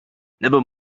never